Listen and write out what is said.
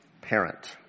parent